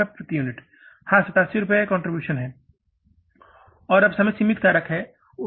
यह 87 रुपये होने जा रहा है हाँ यह 87 रुपये का कंट्रीब्यूशन है और अब समय सीमित कारक है